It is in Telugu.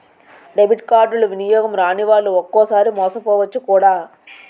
డెబిట్ కార్డులు వినియోగం రానివాళ్లు ఒక్కొక్కసారి మోసపోవచ్చు కూడా